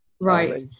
right